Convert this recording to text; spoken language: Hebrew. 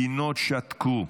מדינות שתקו.